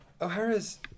O'Hara's